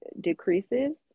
decreases